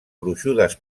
gruixudes